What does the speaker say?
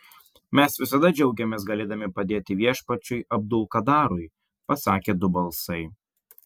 mes visada džiaugiamės galėdami padėti viešpačiui abd ul kadarui pasakė du balsai